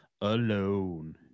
alone